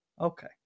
Okay